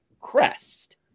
crest